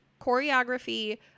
choreography